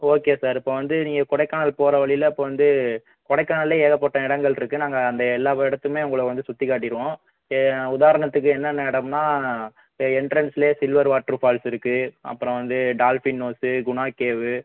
okay sir இப்போ வந்து நீங்கள் கொடைக்கானல் போகற வழியில இப்போ வந்து கொடைகானல்ல ஏகப்பட்ட இடங்கள் இருக்கு நாங்கள் அந்த எல்லா இடத்துமே உங்களை வந்து சுற்றி காட்டிருவோம் உதாரணத்துக்கு என்னென்ன இடம்னா இப்போ என்ட்ரென்ஸ்லே சில்வர் வாட்டர் ஃபால்ஸ் இருக்கு அப்புறம் வந்து டால்ஃபின் ஹவுஸு குணா கேவு